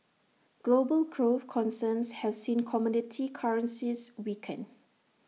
global growth concerns have seen commodity currencies weaken